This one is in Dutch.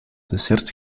dessert